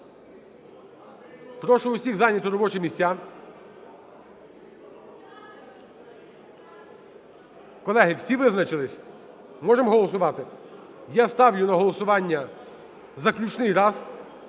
Прошу всіх зайняти робочі місця. Колеги, всі визначилися? Можемо голосувати? Я ставлю на голосування в заключний раз